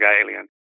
alien